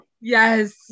Yes